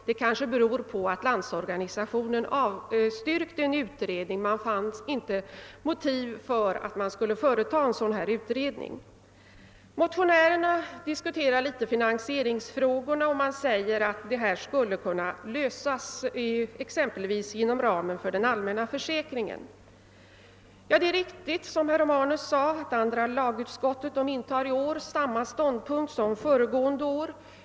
Det kanske beror på att Landsorganisationen av styrkte en utredning; den fann inte motiv föreligga för att företa en sådan. Motionärerna diskuterar = finansieringsfrågorna och säger att spörsmålet skulle kunna lösas exempelvis inom ramen för den allmänna försäkringen. Det är riktigt, som herr Romanus sade, att andra lagutskottet i år intar samma ståndpunkt som föregående år.